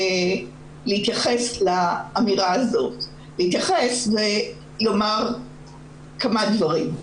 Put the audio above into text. אני רוצה להתייחס לאמירה הזאת ולומר כמה דברים.